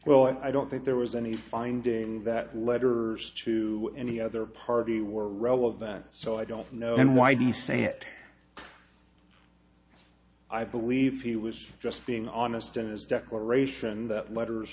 well i don't think there was any finding that letters to any other party were relevant so i don't know and why did he say it i believe he was just being honest in his declaration that letter